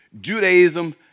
Judaism